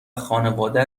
خانواده